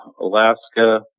Alaska